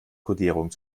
kodierung